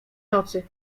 nocy